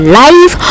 life